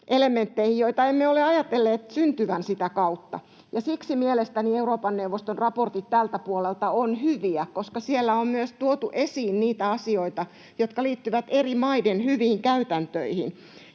elementteihin, joita emme ole ajatelleet syntyvän sitä kautta. Siksi mielestäni Euroopan neuvoston raportit tältä puolelta ovat hyviä, koska siellä on myös tuotu esiin niitä asioita, jotka liittyvät eri maiden hyviin käytäntöihin,